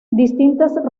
distintas